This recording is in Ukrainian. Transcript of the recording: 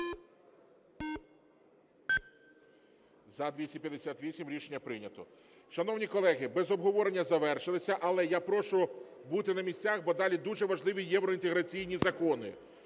За-258 Рішення прийнято. Шановні колеги, без обговорення завершилися. Але я прошу бути на місцях бо далі дуже важливі євроінтеграційні закони.